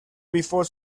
before